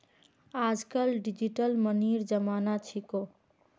आजकल डिजिटल मनीर जमाना छिको